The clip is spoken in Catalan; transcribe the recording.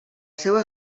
seva